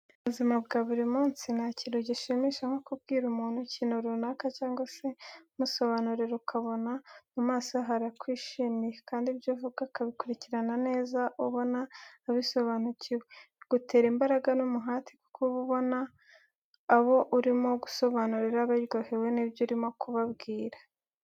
Mu buzima bwa buri munsi nta kintu gishimisha nko kubwira umuntu ikintu runaka cyangwa se umusobanurira ukabona mu maso he harakwishimiye, kandi ibyo uvuga akabikurikirana neza ubona abisobanukiwe. Bigutera imbaraga n'umuhate kuko uba ubona abo urimo gusobanurira baryohewe n'ibyo urimo kubabwira.